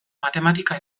matematika